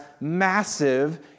massive